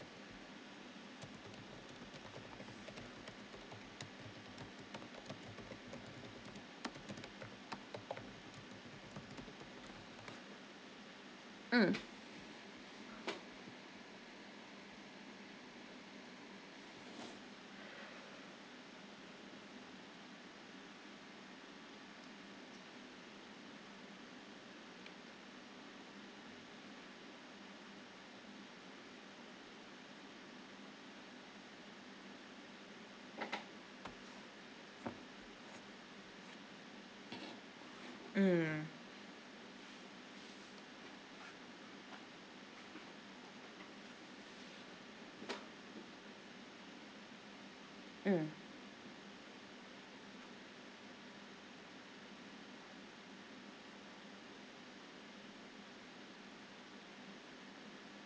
mm mm mm